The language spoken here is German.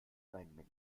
sein